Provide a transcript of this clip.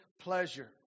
pleasure